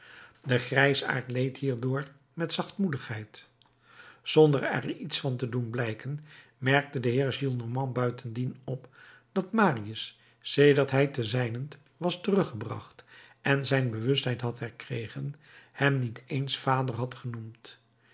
de grijsaard leed hierdoor met zachtmoedigheid zonder er iets van te doen blijken merkte de heer gillenormand buitendien op dat marius sedert hij te zijnent was teruggebracht en zijn bewustheid had herkregen hem niet eens vader had genoemd